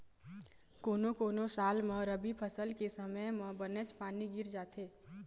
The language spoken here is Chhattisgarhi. कोनो कोनो साल म रबी फसल के समे म बनेच पानी गिर जाथे